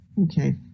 okay